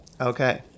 Okay